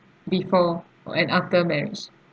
before or and after marriage